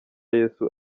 yesu